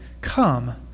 Come